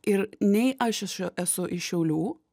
ir nei aš ešiu esu iš šiaulių